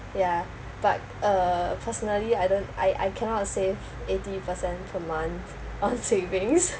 yeah but uh personally I don't I I cannot save eighty percent per month on savings